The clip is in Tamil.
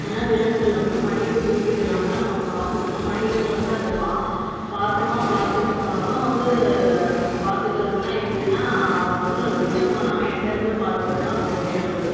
ஏன்னால் விலங்குகளை வந்து மனித குறிக்கீடு இல்லாமல் தான் நம்ம பார்த்துக்கணும் மனிதங்கள் வந்து அதை பா பாசமாக பார்த்துக்க போனாலும் வந்து பார்த்துக்கறதுனா எப்படினா அவங்கள வந்து நம்ம டிஸ்டர்ப் பண்ணாமல் எட்டருந்து பார்த்துக்கறது தான் ரொம்பவே நல்லது